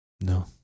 No